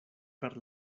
per